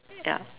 ya